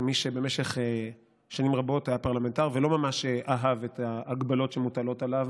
כמי שבמשך שנים רבות היה פרלמנטר ולא ממש אהב את ההגבלות שמוטלות עליו,